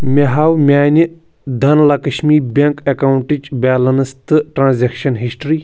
مےٚ ہاو میانہِ دھن لکشمی بٮ۪نٛک اٮ۪کاونٹٕچ بٮ۪لنس تہٕ ٹرانزیکشن ہسٹری